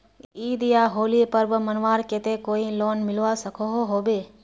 ईद या होली पर्व मनवार केते कोई लोन मिलवा सकोहो होबे?